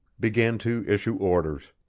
began to issue orders.